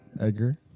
Edgar